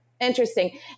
interesting